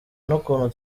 n’ukuntu